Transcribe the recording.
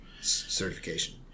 Certification